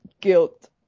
guilt